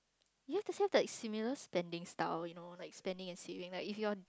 you have to have like similar standing style you know like standing and sitting like if you're